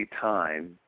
time